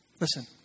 Listen